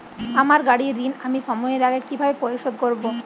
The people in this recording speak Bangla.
আমার গাড়ির ঋণ আমি সময়ের আগে কিভাবে পরিশোধ করবো?